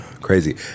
Crazy